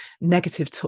negative